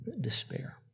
despair